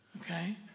Okay